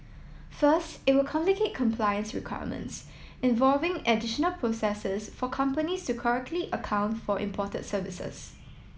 first it will complicate compliance requirements involving additional processes for companies to correctly account for imported services